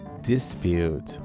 dispute